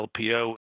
LPO